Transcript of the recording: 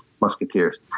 musketeers